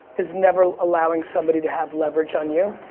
is never allowing somebody to have leverage on you.